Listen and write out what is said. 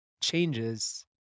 changes